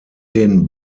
den